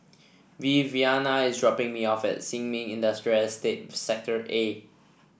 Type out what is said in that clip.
Viviana is dropping me off at Sin Ming Industrial Estate Sector A